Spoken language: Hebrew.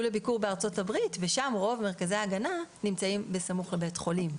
לביקור בארצות הברית ושם רוב מרכזי ההגנה נמצאים בסמוך לבית חולים,